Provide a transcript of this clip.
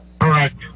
Correct